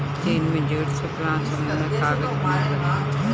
चीन में जूट से पुरान समय में कागज बनत रहे